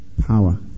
power